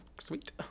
sweet